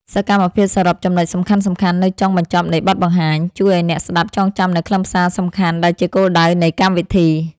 សកម្មភាពសរុបចំណុចសំខាន់ៗនៅចុងបញ្ចប់នៃបទបង្ហាញ ជួយឱ្យអ្នកស្ដាប់ចងចាំនូវខ្លឹមសារសំខាន់ដែលជាគោលដៅនៃកម្មវិធី។